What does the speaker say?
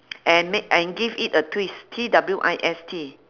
and make and give it a twist T W I S T